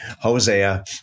hosea